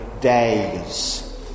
days